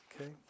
okay